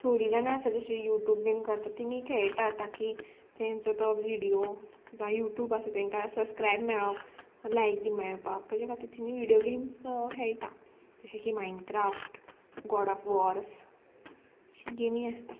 थोडीं जाणां आसा जशीं यू ट्यूब बीन करता तिणीय खेळटा ताकी तांचो तो विडियो जावं यूट्यूब आसा तांकां सबस्क्रायब मेळप लायक बीन मेळपाक तेजे खातीर तिनी विडियो गेम्स खेळटा जशें की मायनक्राफ्ट गॉड ऑफ वॉर्स अशी गेमी आसता